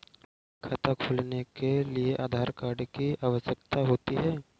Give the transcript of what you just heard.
क्या खाता खोलने के लिए आधार कार्ड की आवश्यकता होती है?